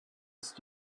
ist